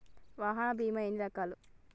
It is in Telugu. వాహనాల బీమా ఎన్ని రకాలు?